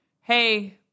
Hey